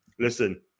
Listen